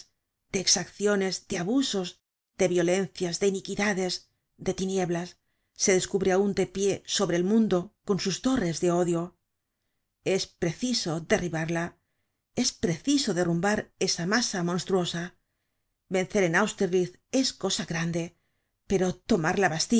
de exacciones de abusos de violencias de iniquidades de tinieblas se descubre aun de pie sobre el mundo con sus torres de odio es preciso derribarla es preciso derrumbar esa masa monstruosa vencer en austerlitz es cosa grande pera tomar